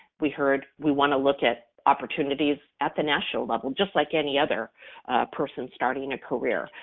we heard we wanna look at opportunities at the national level, just like any other person starting a career,